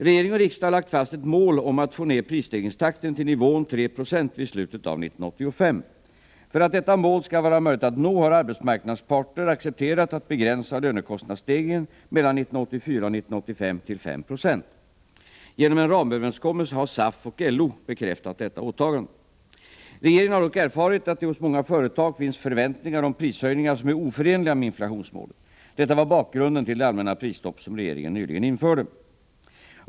Regering och riksdag har lagt fast ett mål om att få ned prisstegringstakten till nivån 3 96 vid slutet av 1985. För att detta mål skall vara möjligt att nå har arbetsmarknadens parter accepterat att begränsa lönekostnadsstegringen mellan 1984 och 1985 till 5 96. Genom en ramöverenskommelse har SAF och LO bekräftat detta åtagande. Regeringen har dock erfarit att det hos många företag finns förväntningar om prishöjningar som är oförenliga med inflationsmålet. Detta var bakgrunden till det allmänna prisstopp som regeringen nyligen införde.